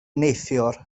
neithiwr